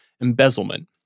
embezzlement